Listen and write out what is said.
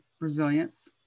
resilience